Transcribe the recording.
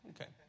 Okay